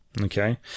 Okay